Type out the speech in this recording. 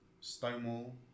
Stonewall